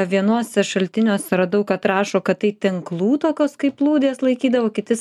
vienuose šaltiniuose radau kad rašo kad tai tinklų tokios kaip plūdės laikydavo kiti